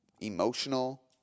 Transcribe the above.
emotional